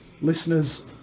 listeners